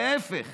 להפך,